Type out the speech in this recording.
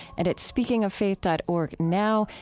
and at speakingoffaith dot org now,